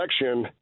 election